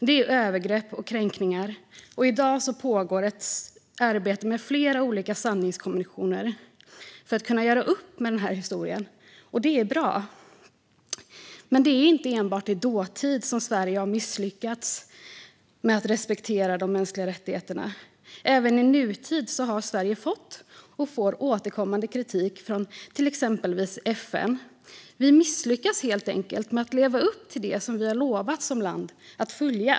Det är övergrepp och kränkningar, och i dag pågår ett arbete med flera olika sanningskommissioner för att kunna göra upp med denna historia. Det är bra. Men det är inte enbart i dåtid som Sverige har misslyckats med att respektera de mänskliga rättigheterna. Även i nutid har Sverige fått och får återkommande kritik från exempelvis FN. Vi misslyckas helt enkelt med att leva upp till det som vi har lovat att som land följa.